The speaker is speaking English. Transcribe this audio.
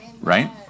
Right